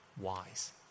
wise